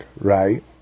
right